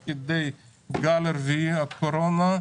תוך כדי גל רביעי של קורונה,